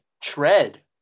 tread